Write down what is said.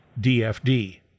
dfd